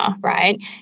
right